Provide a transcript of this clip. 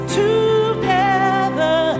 together